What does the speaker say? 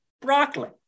broccoli